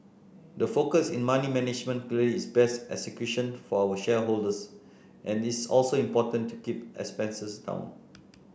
the focus in money management clearly is best execution for our shareholders and it's also important to keep expenses down